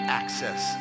access